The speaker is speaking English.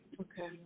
Okay